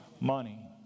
money